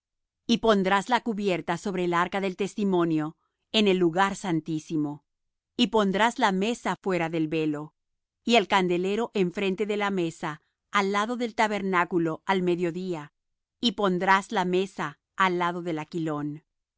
y pondrás la cubierta sobre el arca del testimonio en el lugar santísimo y pondrás la mesa fuera del velo y el candelero enfrente de la mesa al lado del tabernáculo al mediodía y pondrás la mesa al lado del aquilón